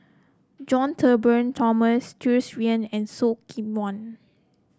John Turnbull Thomson Tsung Yeh and Khoo Seok Wan